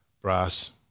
brass